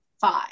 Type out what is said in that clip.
five